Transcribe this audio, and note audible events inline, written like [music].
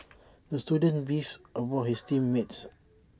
[noise] the student beefed about his [noise] team mates